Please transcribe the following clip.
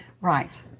Right